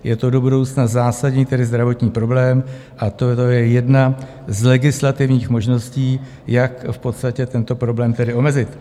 Je to do budoucna zásadní zdravotní problém a toto je jedna z legislativních možností, jak v podstatě tento problém omezit.